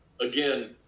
again